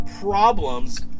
problems